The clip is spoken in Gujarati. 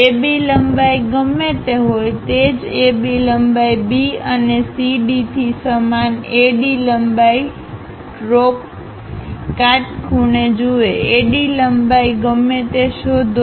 AB લંબાઈ ગમે તે હોય તે જ AB લંબાઈ B અને CDથી સમાન AD લંબાઈ ડ્રોપ કાટખૂણે જુએ AD લંબાઈ ગમે તે શોધો